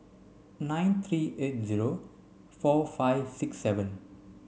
nine three eight zero four five six seven